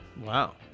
Wow